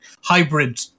hybrid